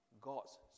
God's